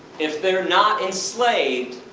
if they're not enslaved,